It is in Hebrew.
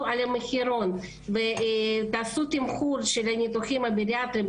על המחירון ותעשו תמחור של הניתוחים הבריאטריים,